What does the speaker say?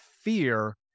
fear